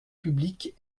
publique